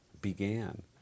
began